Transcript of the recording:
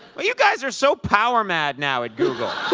but you guys are so power-mad now at google.